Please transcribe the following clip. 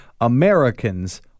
Americans